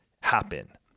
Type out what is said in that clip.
happen